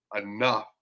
enough